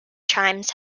chimes